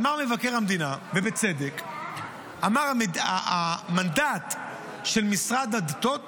אמר מבקר המדינה ובצדק שהמנדט של משרד הדתות